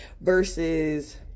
versus